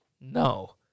No